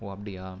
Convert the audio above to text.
ஓ அப்படியா